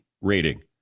rating